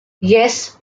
yes